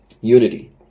Unity